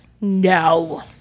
No